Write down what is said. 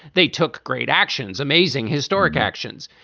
they took great actions, amazing historic actions.